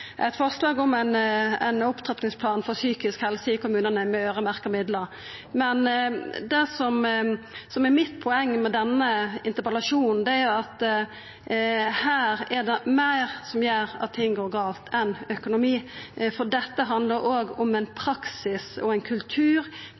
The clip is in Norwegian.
forslag om ein opptrappingsplan for psykisk helse i kommunane, med øyremerkte midlar. Det som er poenget mitt med denne interpellasjonen, er at her er det meir enn økonomi som gjer at ting går gale. Dette handlar òg om ein praksis og ein kultur ute i tenestene som gjer at det er vorte slik at ein